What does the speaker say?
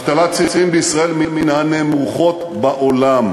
אבטלת צעירים בישראל היא מן הנמוכות בעולם.